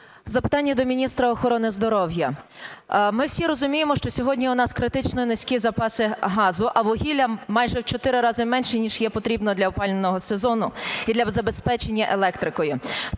Запитання до міністра охорони здоров'я. Ми всі розуміємо, що сьогодні у нас критично низькі запаси газу, а вугілля майже в чотири рази менше ніж є, потрібно для опалювального сезону і для забезпечення електрикою.